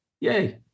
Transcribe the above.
Yay